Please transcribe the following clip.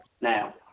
Now